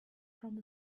from